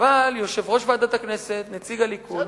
אבל יושב-ראש ועדת הכנסת, נציג הליכוד, בסדר.